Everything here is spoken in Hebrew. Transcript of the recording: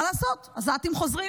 מה לעשות, העזתים חוזרים,